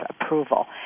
approval